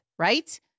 Right